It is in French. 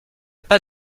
pas